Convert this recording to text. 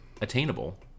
Attainable